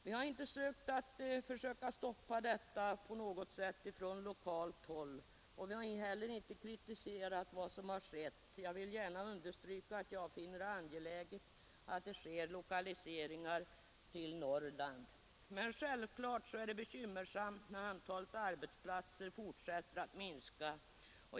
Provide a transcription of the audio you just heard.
Vi har inte på något sätt på lokalt håll försökt stoppa detta, och vi har inte heller kritiserat vad som skett. Jag vill gärna understryka att jag finner det angeläget att det sker lokaliseringar till Norrland. Men självfallet är det bekymmersamt när antalet arbetsplatser fortsätter att minska.